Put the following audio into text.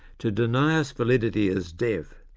to deny us validity as deaf.